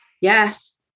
Yes